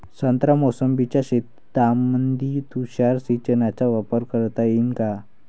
संत्रा मोसंबीच्या शेतामंदी तुषार सिंचनचा वापर करता येईन का?